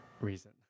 reason